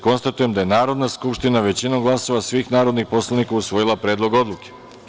Konstatujem da je Narodna skupština, većinom glasova svih narodnih poslanika, usvojila Predlog odluke.